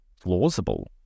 plausible